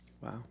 Wow